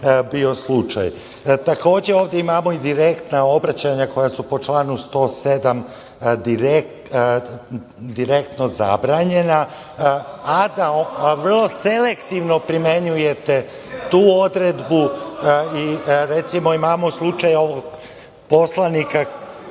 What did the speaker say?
bio slučaj. Takođe, ovde imamo i direktna obraćanja koja su po članu 107. direktno zabranjena, a vrlo selektivno primenjujete tu odredbu i recimo, imamo slučaj poslanika